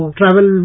travel